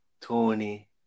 Tony